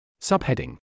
Subheading